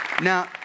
Now